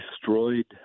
destroyed